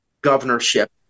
governorship